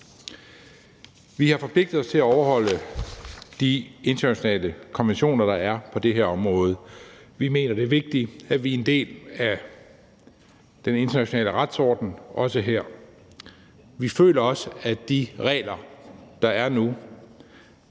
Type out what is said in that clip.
Vi har forpligtet os til at overholde de internationale konventioner, der er på det her område. Vi mener, det er vigtigt, at vi er en del af den internationale retsorden, også her. Vi føler også, at de regler, der er nu